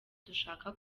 dushaka